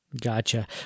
Gotcha